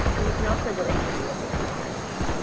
and you can also go into the advanced search